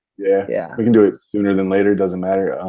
yeah yeah we can do it sooner than later, doesn't matter.